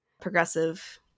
progressive